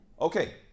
Okay